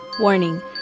Warning